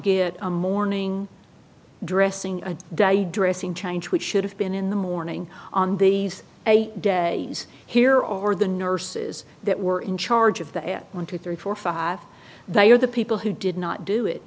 get a morning dressing a day dressing change which should have been in the morning on these days here over the nurses that were in charge of the f one two three four five they are the people who did not do it